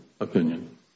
opinion